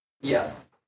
Yes